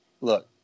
Look